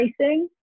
racing